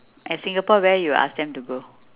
as singapore where you ask them to go